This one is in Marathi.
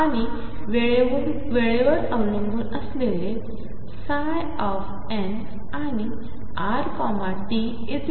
आणि वेळेवरअवलंबूनअसलेलेn's आणिrt∑CnnrtnCnnre iEnt